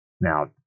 Now